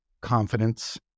confidence